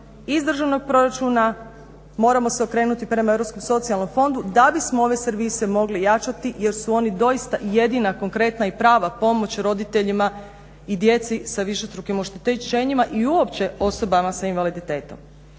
iz državnog proračuna moramo se okrenuti prema europskom socijalnom fondu da bi smo ove servise mogli jačati jer su oni doista jedina konkretna i prava pomoć roditeljima i djeci sa višestrukim oštećenjima i uopće osobama sa invaliditetom.